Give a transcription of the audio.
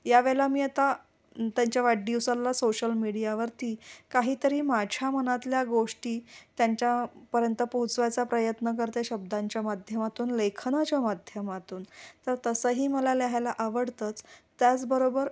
यावेळेला मी आता त्यांच्या वाढदिवसाला सोशल मीडियावरती काहीतरी माझ्या मनातल्या गोष्टी त्यांच्यापर्यंत पोहोचवायचा प्रयत्न करते शब्दांच्या माध्यमातून लेखनाच्या माध्यमातून तर तसंही मला लिहायला आवडतंच त्याचबरोबर